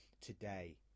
today